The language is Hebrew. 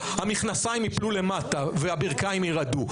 "המכנסיים ייפלו למטה והברכיים ירעדו".